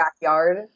backyard